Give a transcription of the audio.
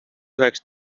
üheks